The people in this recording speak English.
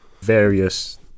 various